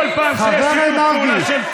אנחנו גאים בזה.